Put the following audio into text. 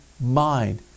mind